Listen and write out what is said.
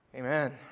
Amen